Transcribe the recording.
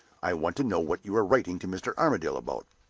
i want to know what you are writing to mr. armadale about?